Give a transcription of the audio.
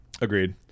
Agreed